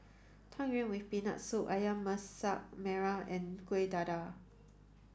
Tang Yuen with peanut soup Ayam Masak Merah and Kueh Dadar